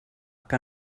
que